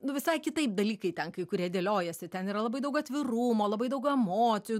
nu visai kitaip dalykai ten kai kurie dėliojasi ten yra labai daug atvirumo labai daug emocijų